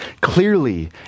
clearly